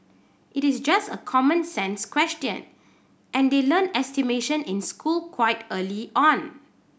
it is just a common sense question and they learn estimation in school quite early on